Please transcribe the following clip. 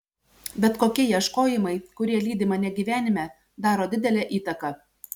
bet kokie ieškojimai kurie lydi mane gyvenime daro didelę įtaką